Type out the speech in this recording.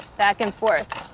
back and forth,